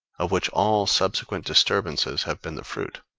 of which all subsequent disturbances have been the fruit?